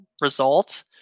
result